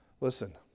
listen